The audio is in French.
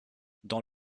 dans